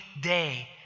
day